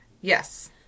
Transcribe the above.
Yes